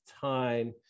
time